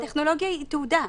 הטכנולוגיה היא תעודה.